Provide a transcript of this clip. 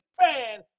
fan